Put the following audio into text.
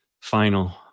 final